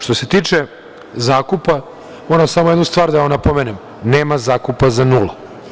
Što se tiče zakupa, moram samo jednu stvar da vam napomenem, nema zakupa za nula.